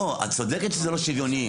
את צודקת שזה לא שוויוני.